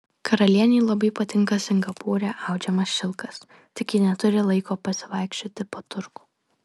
karalienei labai patinka singapūre audžiamas šilkas tik ji neturi laiko pavaikščioti po turgų